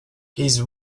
his